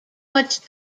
much